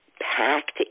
packed